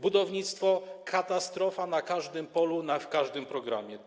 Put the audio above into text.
Budownictwo - katastrofa na każdym polu, w każdym programie.